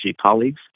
colleagues